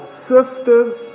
sisters